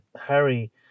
Harry